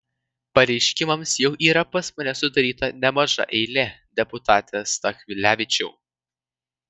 pareiškimams jau yra pas mane sudaryta nemaža eilė deputate stakvilevičiau